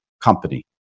company